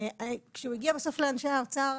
וכשהוא הגיע בסוף לאנשי האוצר,